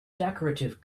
decorative